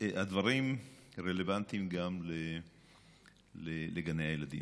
הדברים רלוונטיים גם לגני הילדים.